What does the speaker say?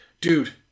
Dude